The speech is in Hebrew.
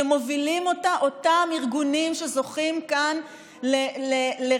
שמובילים אותה אותם ארגונים שזוכים כאן לרדיפה.